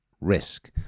risk